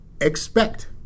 expect